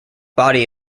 body